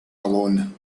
alone